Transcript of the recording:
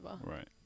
Right